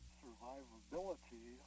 survivability